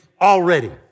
already